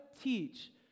teach